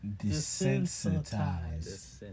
Desensitized